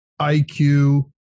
IQ